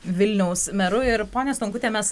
vilniaus meru ir ponia stankute mes